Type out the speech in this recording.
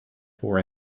for